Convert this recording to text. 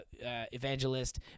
evangelist